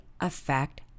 affect